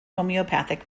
homeopathic